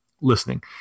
listening